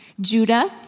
Judah